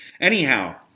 Anyhow